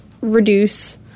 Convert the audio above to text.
reduce